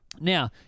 Now